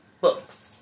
books